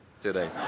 today